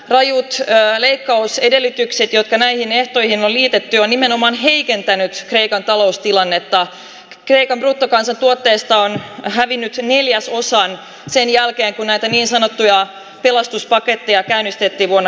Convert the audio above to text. rajut leikkausedellytykset jotka näihin etuihin liitetty nimenomaan heikentänyt kreikan taloustilannetta keikan bruttokansantuotteesta on hävinnyt neljään osaan sen jälkeen kun häntä niin sanottuja pelastuspakettia käynnistettiin vuonna